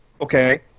Okay